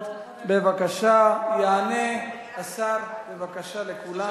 בבקשה, יענה השר, בבקשה, לכולם.